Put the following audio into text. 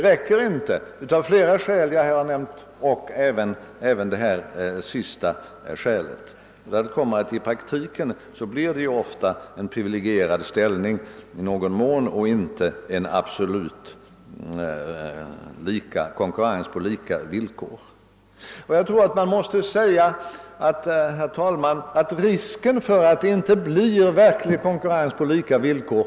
För detta talar flera skäl som jag tidigare nämnt, även det sistnämnda. I praktiken får de statliga företagen ofta en i någon mån privilegierad ställning, varför det inte blir en konkurrens på lika villkor.